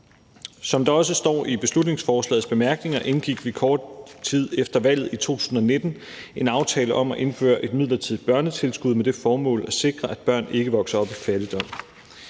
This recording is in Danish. Som der også står i beslutningsforslagets bemærkninger, indgik vi kort tid efter valget i 2019 en aftale om at indføre et midlertidigt børnetilskud med det formål at sikre, at børn ikke vokser op i fattigdom.